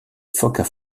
phoques